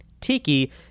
tiki